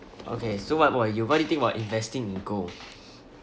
okay so what about you what do you think about investing in gold